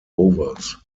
overs